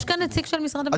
יש כאן נציג של משרד המשפטים?